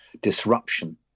disruption